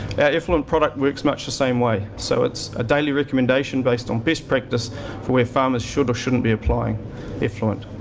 effluent product works much the same way. so it's a daily recommendation based on best practice for where farmers should or shouldn't be applying effluent.